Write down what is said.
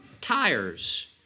tires